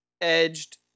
edged